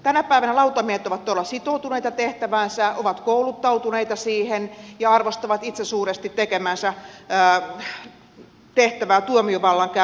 tänä päivänä lautamiehet ovat todella sitoutuneita tehtäväänsä ovat kouluttautuneita siihen ja arvostavat itse suuresti tekemäänsä tehtävää tuomiovallan käyttäjinä